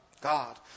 God